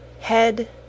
head